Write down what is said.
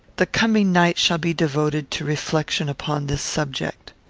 the coming night shall be devoted to reflection upon this subject.